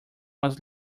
was